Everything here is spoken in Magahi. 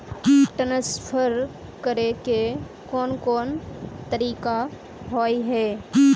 ट्रांसफर करे के कोन कोन तरीका होय है?